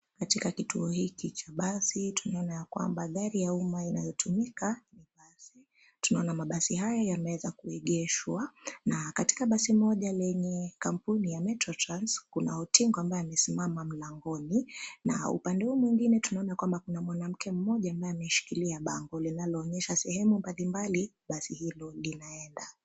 Katika kituo hiki cha basi tunaona ya kwamba gari ya umma inayotumika ni basi. Tunaona mabasi haya yameweza kuegeshwa, na katika basi moja lenye kampuni ya Metro Trans , kuna utingo ambaye amesimama mlangoni. Na upande huo mwingine tunaona kwamba kuna mwanamke mmoja ambaye ameshikilia bango linaloonyesha sehemu mbalimbali basi hilo linaenda.